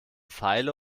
feile